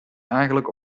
eigenlijk